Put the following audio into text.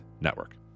Network